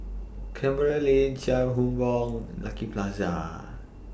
Canberra Lane Chia Hung Boo Lucky Plaza